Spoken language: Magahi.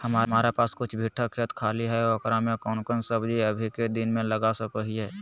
हमारा पास कुछ बिठा खेत खाली है ओकरा में कौन कौन सब्जी अभी के दिन में लगा सको हियय?